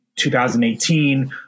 2018